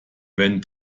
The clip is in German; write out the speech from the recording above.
wenn